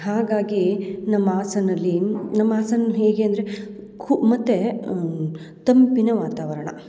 ಹಾಗಾಗಿ ನಮ್ಮ ಹಾಸನ್ನಲ್ಲಿ ನಮ್ಮ ಹಾಸನ ಹೇಗೆ ಅಂದರೆ ಕು ಮತ್ತು ತಂಪಿನ ವಾತಾವರಣ